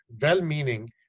well-meaning